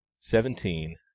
seventeen